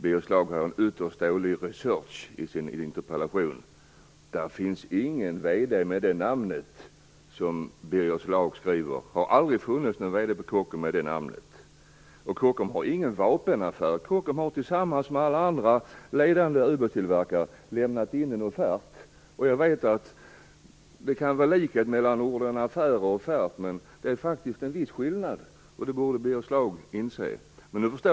Birger Schlaugs interpellation bygger på en ytterst dålig research. Det finns ingen VD på Kockums med det namn som Birger Schlaug skriver. Det har aldrig funnits någon VD på Kockums med det namnet. Och Kockums har ingen vapenaffär. Kockums har tillsammans med alla andra ledande ubåtstillverkare lämnat in en offert. Jag vet att det kan vara en likhet mellan orden affär och offert. Men det är faktiskt en viss skillnad. Det borde Birger Schlaug inse.